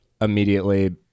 immediately